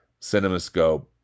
Cinemascope